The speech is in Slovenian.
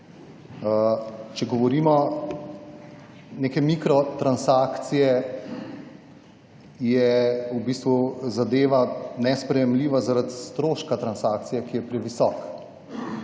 Če govorimo o nekih mikrotransakcijah, je v bistvu zadeva nesprejemljiva zaradi stroška transakcije, ki je previsok.